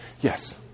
Yes